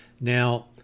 Now